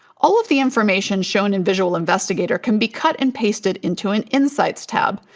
all of the information shown in visual investigator can be cut and pasted into an insights tab.